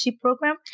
program